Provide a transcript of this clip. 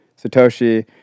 Satoshi